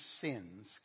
sins